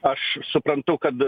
aš suprantu kad